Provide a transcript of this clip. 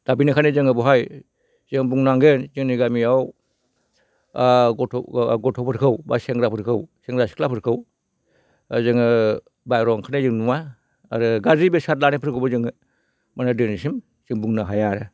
दा बेनिखायनो जोङो बेवहाय जों बुंनांगोन जोंनि गामियाव गथ' गथ'फोरखौ बा सेंग्राफोरखौ सेंग्रा सिख्लाफोरखौ जोङो बाहेराव ओंखारनाय जों नुवा आरो गाज्रि बेसाद लानायफोरखौबो जों माने दिनैसिम जों बुंनो हाया आरो